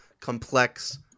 complex